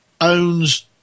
owns